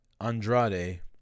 Andrade